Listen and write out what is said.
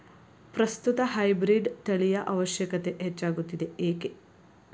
ಪ್ರಸ್ತುತ ಹೈಬ್ರೀಡ್ ತಳಿಯ ಅವಶ್ಯಕತೆ ಹೆಚ್ಚಾಗುತ್ತಿದೆ ಏಕೆ?